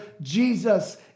Jesus